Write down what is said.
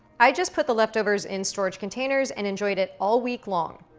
i just put the leftovers in storage containers and enjoyed it all week long.